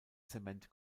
zement